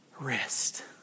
rest